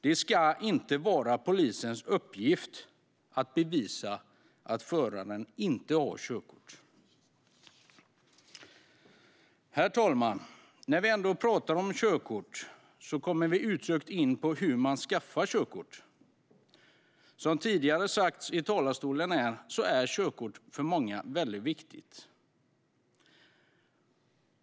Det ska inte vara polisens uppgift att bevisa att föraren inte har körkort. Herr talman! När vi ändå pratar om körkort kommer vi in på hur man skaffar körkort. Som har sagts tidigare i talarstolen är körkort för många väldigt viktigt.